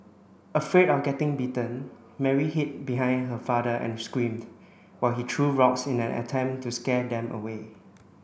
afraid of getting bitten Mary hid behind her father and screamed while he threw rocks in an attempt to scare them away